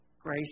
grace